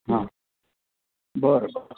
हं बरं बरं